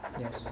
Yes